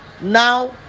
Now